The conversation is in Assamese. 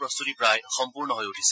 প্ৰস্তুতি প্ৰায় সম্পূৰ্ণ হৈ উঠিছে